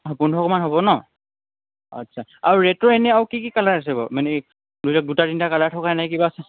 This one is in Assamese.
পোন্ধৰশমান হ'ব ন আচ্ছা আৰু ৰেট্ৰ' এনেই কি কি কালাৰ আছে বাৰু মানে ধৰি লওক দুটা তিনিটা কালাৰ থকা এনেকৈ কিবা আছে নে